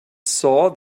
saw